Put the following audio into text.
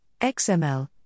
XML